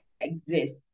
exist